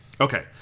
Okay